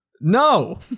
No